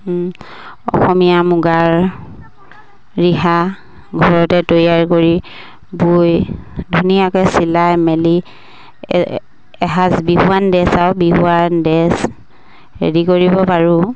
অসমীয়া মুগাৰ ৰিহা ঘৰতে তৈয়াৰ কৰি বৈ ধুনীয়াকে চিলাই মেলি এসাঁজ বিহুৱান ড্ৰেছ আও বিহুৱান ড্ৰেছ ৰেডি কৰিব পাৰোঁ